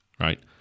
right